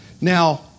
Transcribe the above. Now